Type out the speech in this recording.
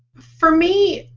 for me,